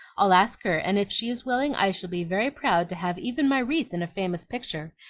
i'll ask her, and if she is willing i shall be very proud to have even my wreath in a famous picture,